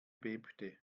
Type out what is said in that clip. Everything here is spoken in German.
bebte